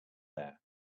there